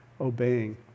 obeying